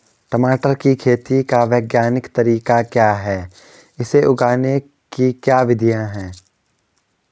टमाटर की खेती का वैज्ञानिक तरीका क्या है इसे उगाने की क्या विधियाँ हैं?